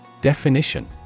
Definition